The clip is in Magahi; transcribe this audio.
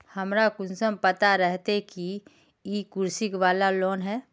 हमरा कुंसम पता रहते की इ कृषि वाला लोन है?